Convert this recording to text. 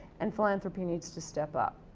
and philanthropy needs to step up.